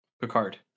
Picard